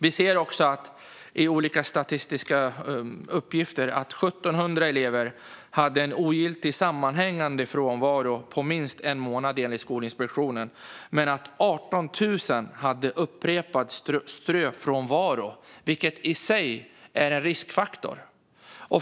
Vi ser i statistiska uppgifter från Skolinspektionen att 1 700 elever hade en ogiltig sammanhängande frånvaro på minst en månad men att 18 000 hade upprepad ströfrånvaro, vilket i sig är en riskfaktor.